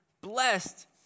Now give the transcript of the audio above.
blessed